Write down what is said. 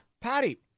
Patty